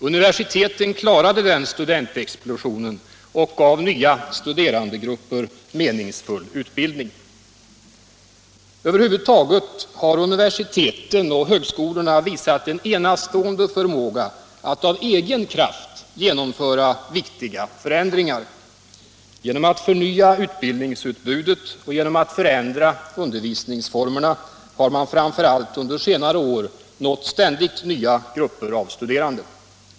Universiteten klarade den studentexplosionen och gav nya studerandegrupper meningsfull utbildning. Över huvud taget har universiteten och högskolorna visat en enastående förmåga att av egen kraft genomföra viktiga förändringar. Genom att förnya utbildningsutbudet och genom att förändra undervisningsformerna har man framför allt under senare år nått ständigt nya grupper.